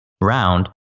round